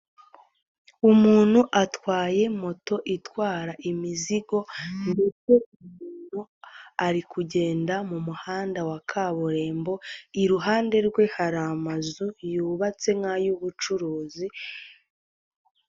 Umuntu atwaye moto itwara imizigo ndetse uwo muntu ari kugenda mu muhanda wa kaburimbo iruhande rwe hari amazu yubatse nk'ayubucuruzi.